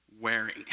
wearing